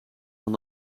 aan